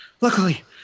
Luckily